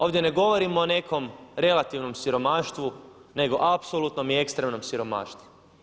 Ovdje ne govorimo o nekom relativnom siromaštvu nego apsolutnom i ekstremnom siromaštvu.